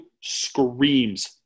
screams